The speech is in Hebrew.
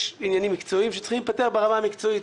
יש עניינים מקצועיים שצריכים להיפתר ברמה המקצועית.